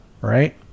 right